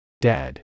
Dad